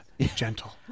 gentle